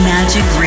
Magic